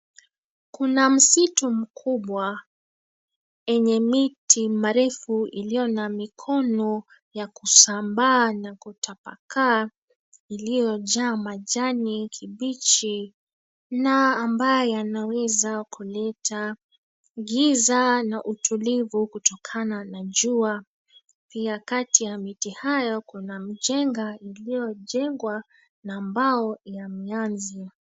Kuna msitu mkubwa enye miti mingi marefu iliyo na mikono ya kusambaa na kutabakaa iliyojaa majani kibichi na ambayo yanaweza kuleta giza na utulivu kutokana na jua pia kati ya miti hayo kuna mjenga iliyojengwa na mbao ya nyanzi.